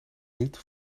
niet